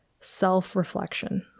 self-reflection